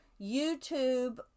YouTube